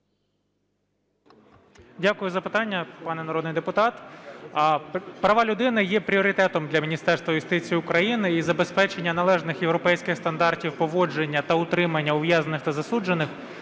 Дякую за питання, пане народний депутат. Права людини є пріоритетом для Міністерства юстиції України, і забезпечення належних європейських стандартів поводження та утримання ув'язнених та засуджених